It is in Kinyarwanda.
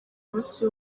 munsi